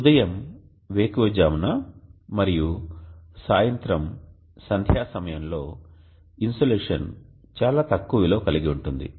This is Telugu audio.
ఉదయం వేకువజామున మరియు సాయంత్రం సంధ్యా సమయంలో ఇన్సోలేషన్ చాలా తక్కువ విలువ కలిగి ఉంటుంది